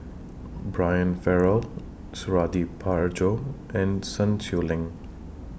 Brian Farrell Suradi Parjo and Sun Xueling